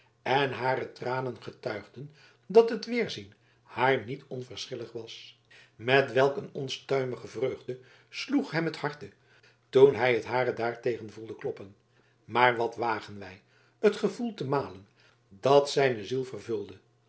en hare tranen getuigden dat het weerzien haar niet onverschillig was met welk een onstuimige vreugde sloeg hem het harte toen hij het hare daartegen voelde kloppen maar wat wagen wij het gevoel te malen dat zijne ziel vervulde